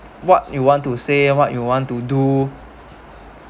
what you want to say what you want to do